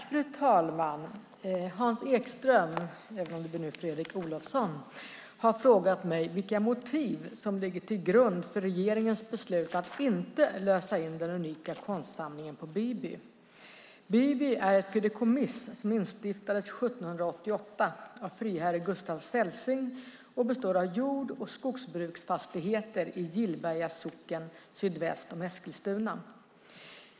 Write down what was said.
Fru talman! Hans Ekström har frågat mig vilka motiv som ligger till grund för regeringens beslut att inte lösa in den unika konstsamlingen på Biby. Biby är ett fideikommiss som instiftades 1788 av friherre Gustaf Celsing och som består av jord och skogsbruksfastigheter i Gillberga socken sydväst om Eskilstuna.